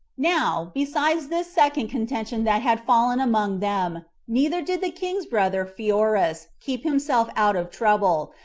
now, besides this second contention that had fallen among them, neither did the king's brother pheroras keep himself out of trouble,